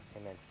Amen